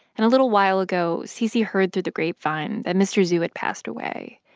and a little while ago, cc heard through the grapevine that mr. zhu had passed away.